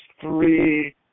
three